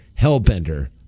Hellbender